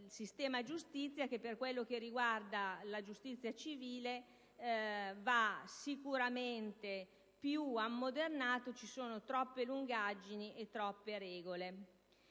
il sistema giustizia, che, per quanto riguarda la giustizia civile, va sicuramente ammodernato: ci sono infatti troppe lungaggini e troppe regole.